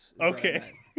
Okay